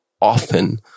often